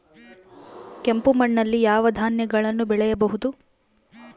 ಕೆಂಪು ಮಣ್ಣಲ್ಲಿ ಯಾವ ಧಾನ್ಯಗಳನ್ನು ಬೆಳೆಯಬಹುದು?